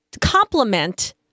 complement